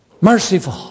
Merciful